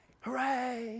hooray